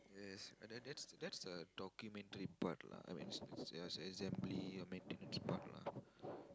yes that that's that's the documentary part lah I mean the as~ as~ assembly and maintenance part lah